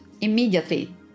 immediately